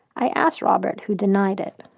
i asked robert, who denied it.